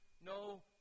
no